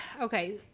okay